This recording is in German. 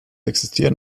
existieren